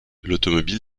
l’automobile